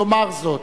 יאמר זאת.